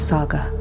Saga